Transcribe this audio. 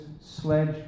sledge